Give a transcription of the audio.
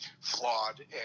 flawed